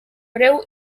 greu